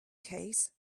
case